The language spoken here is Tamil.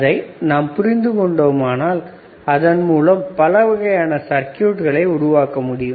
அதை நாம் புரிந்து கொண்டோமானால் அதன் மூலம் பலவகையான சர்க்யூட்களை உருவாக்க முடியும்